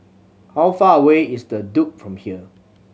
how far away is The Duke from here